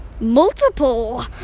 multiple